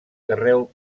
carreus